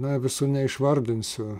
na visų neišvardinsiu